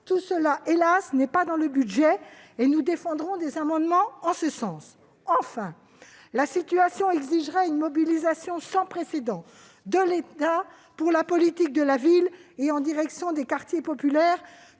tout cela, hélas, n'est pas dans ce budget. C'est pourquoi nous défendrons des amendements en ce sens. Enfin, la situation exigerait une mobilisation sans précédent de l'État pour la politique de la ville et en direction des quartiers populaires,